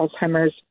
Alzheimer's